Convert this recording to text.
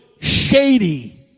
shady